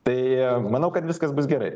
tai manau kad viskas bus gerai